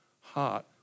heart